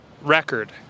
record